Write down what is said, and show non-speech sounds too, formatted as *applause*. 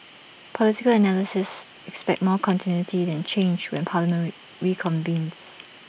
political analysts expect more continuity than change when parliament *unintelligible* reconvenes